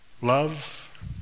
love